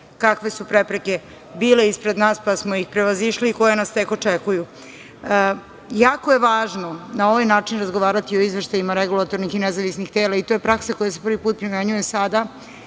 kakve su prepreke bile ispred nas, pa smo ih prevazišli i koje nas tek očekuju. Jako je važno na ovaj način razgovarati o izveštajima regulatornih i nezavisnih tela i to je praksa koja se prvi put primenjuje sada